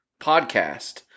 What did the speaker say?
podcast